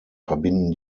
verbinden